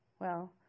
Well